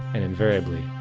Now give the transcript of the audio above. and invariably,